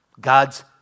God's